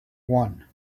one